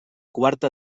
quarta